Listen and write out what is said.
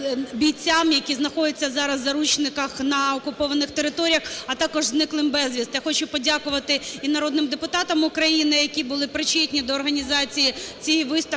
бійцям, які знаходяться зараз в заручниках на окупованих територіях, а також зниклим безвісти. Я хочу подякувати і народним депутатам України, які були причетні до організації цієї виставки,